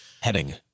heading